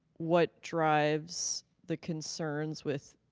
what drives the concerns with